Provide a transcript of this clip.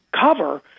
cover